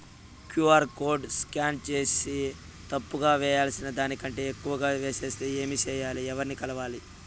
QR code scan సేసి తప్పు గా వేయాల్సిన దానికంటే ఎక్కువగా వేసెస్తే ఏమి సెయ్యాలి? ఎవర్ని కలవాలి?